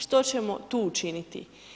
Što ćemo tu učiniti?